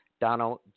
donald